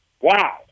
wow